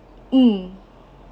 mm